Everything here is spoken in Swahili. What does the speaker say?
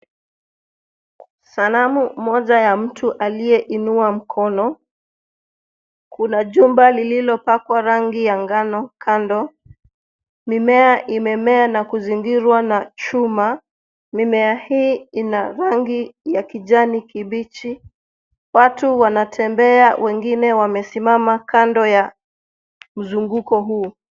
Sanamu moja ya mtu aliyeinua mkono. Kuna jumba lililopakwa rangi ya ngano kando. Mimea imemea na kuzingirwa na chuma, mimea hii ina rangi ya kijani kibichi. Watu wanatembea, wengine wamesimama kando ya mzunguko huu.